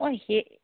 অঁ সেই